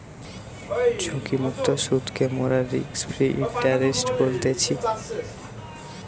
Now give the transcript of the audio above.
ঝুঁকিমুক্ত সুদকে মোরা রিস্ক ফ্রি ইন্টারেস্ট বলতেছি